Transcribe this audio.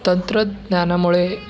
तंत्रज्ञानामुळे